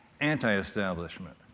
anti-establishment